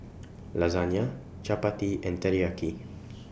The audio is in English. Lasagne Chapati and Teriyaki